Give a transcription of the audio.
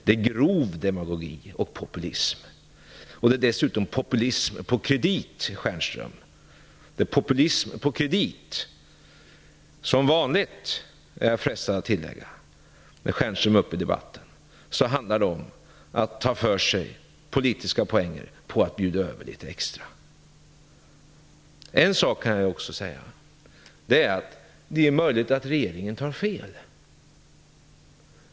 Det är grov demagogi och populism. Det är dessutom populism på kredit - som vanligt, är jag frestad att tillägga, när Stjernström är uppe i debatten. Det handlar om att ta politiska poäng på att bjuda över litet extra. Jag kan också säga att det är möjligt att regeringen har fel.